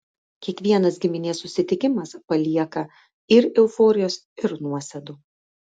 kiekvienas giminės susitikimas palieka ir euforijos ir nuosėdų